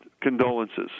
condolences